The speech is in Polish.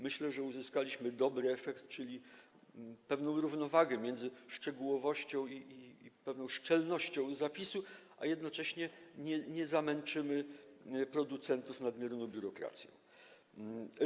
Myślę, że uzyskaliśmy dobry efekt, czyli pewną równowagę między szczegółowością i pewną szczelnością zapisu, a jednocześnie nie zamęczymy producentów nadmierną biurokracją.